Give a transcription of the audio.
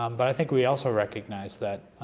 um but i think we also recognize that